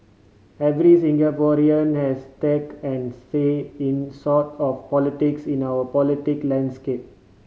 every Singaporean has stake and say in sort of politics in our politic landscape